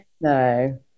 no